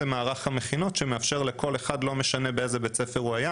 זה מערך המכינות שמאפשר לכל אחד שלא משנה באיזה בית ספר הוא למד,